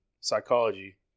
psychology